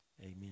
amen